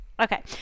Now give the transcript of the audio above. Okay